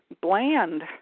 bland